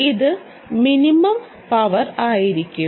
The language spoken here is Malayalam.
ഇത് മിനിമം പവർ ആയിരിക്കും